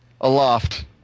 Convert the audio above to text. aloft